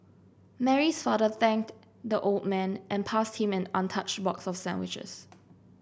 Mary's father thanked the old man and passed him an untouched box for sandwiches